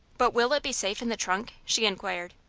but will it be safe in the trunk? she enquired.